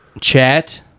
chat